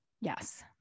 Yes